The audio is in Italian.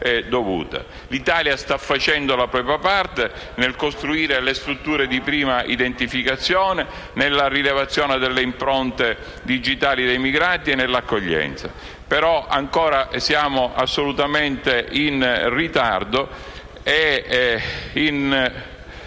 L'Italia sta facendo la propria parte nel costruire le strutture di prima identificazione e nella rilevazione delle impronte digitali dei migranti e nell'accoglienza, ma ancora siamo assolutamente in ritardo, infatti